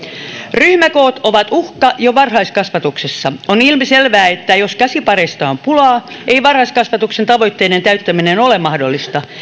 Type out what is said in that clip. ryhmäkoot ovat uhka jo varhaiskasvatuksessa on ilmiselvää että jos käsipareista on pulaa ei varhaiskasvatuksen tavoitteiden täyttäminen ole mahdollista